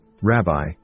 Rabbi